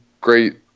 great